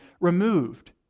removed